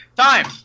Time